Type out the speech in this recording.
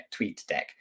TweetDeck